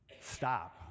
stop